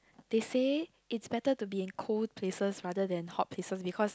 they say it's better to be in cold places rather than hot places because